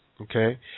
Okay